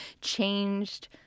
changed